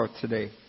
today